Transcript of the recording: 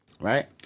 Right